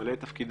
למלא את תפקידם,